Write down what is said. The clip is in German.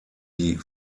die